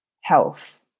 health